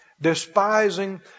despising